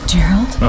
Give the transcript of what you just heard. Gerald